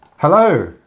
Hello